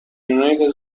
ریمیل